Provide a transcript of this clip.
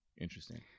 Interesting